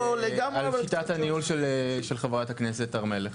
אני לא חולק על שיטת הניהול של חברת הכנסת הר מלך.